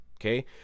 Okay